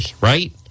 right